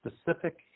specific